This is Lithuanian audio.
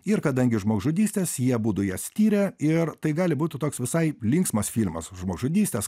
ir kadangi žmogžudystės jie abudu jas tiria ir tai gali būti toks visai linksmas filmas žmogžudystės